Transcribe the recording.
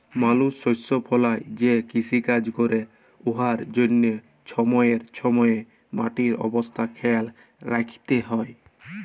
মালুস শস্য ফলাঁয় যে কিষিকাজ ক্যরে উয়ার জ্যনহে ছময়ে ছময়ে মাটির অবস্থা খেয়াল রাইখতে হ্যয়